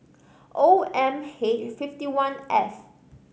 O M H fifty one F